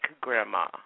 Grandma